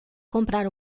comprar